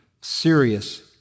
serious